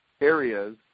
areas